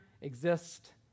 exist